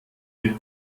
mit